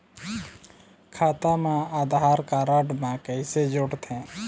खाता मा आधार कारड मा कैसे जोड़थे?